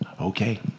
okay